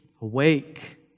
awake